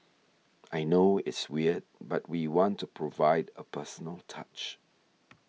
I know it's weird but we want to provide a personal touch